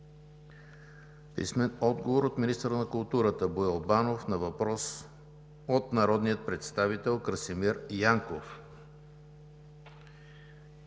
Петрова; - министъра на културата Боил Банов на въпрос от народния представител Красимир Янков;